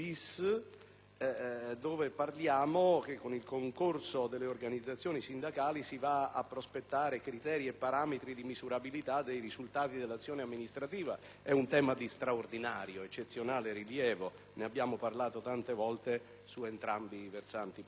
dove si stabilisce che con il concorso delle organizzazioni sindacali è possibile prospettare criteri e parametri di misurabilità dei risultati dell'azione amministrativa. È un tema di straordinario ed eccezionale rilievo, ne abbiamo parlato tante volte in entrambi i versanti politici.